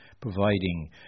providing